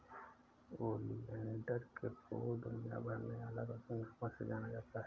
oleander के फूल दुनियाभर में अलग अलग नामों से जाना जाता है